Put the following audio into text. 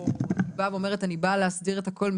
היא באה ואומרת אני באה להסדיר את הכול,